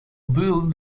build